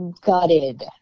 gutted